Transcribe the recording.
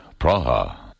Praha